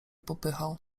popychał